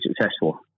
successful